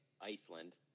Iceland